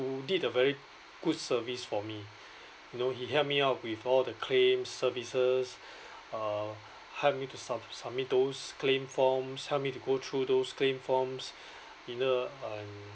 who did a very good service for me you know he helped me out with all the claims services uh helped me to sub~ submit those claim forms help me to go through those claim forms